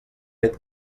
fet